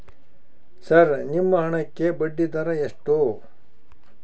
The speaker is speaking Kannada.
ಸರ್ ನಿಮ್ಮ ಹಣಕ್ಕೆ ಬಡ್ಡಿದರ ಎಷ್ಟು?